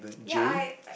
ya I